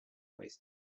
wasted